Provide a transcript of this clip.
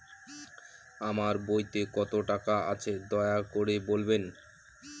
আমার বইতে কত টাকা আছে দয়া করে বলবেন?